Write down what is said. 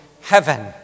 heaven